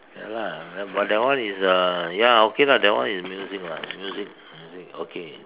ya lah but that one is uh ya okay lah that one is music lah music music okay